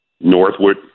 northward